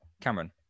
Cameron